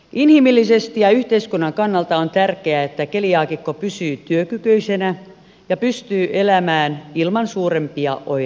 inhimillisesti ja yhteiskunnan kannalta on tärkeää että keliaakikko pysyy työkykyisenä ja pystyy elämään ilman suurempia oireita